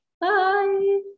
Bye